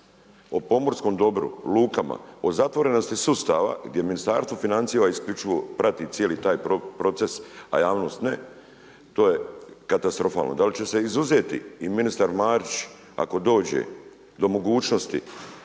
O pomorskom dobru, lukama, o zatvorenosti sustava gdje Ministarstvo financija isključivo prati cijeli taj proces a javnost ne, to je katastrofalno. Da li će se izuzeti i ministar Marić ako dođe do mogućnosti